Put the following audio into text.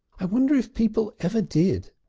i wonder if people ever did!